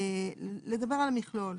לדבר על המכלול.